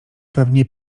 pewnie